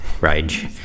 Rage